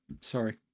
Sorry